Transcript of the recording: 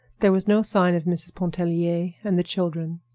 there was no sign of mrs. pontellier and the children.